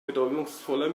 bedeutungsvoller